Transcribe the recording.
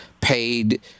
paid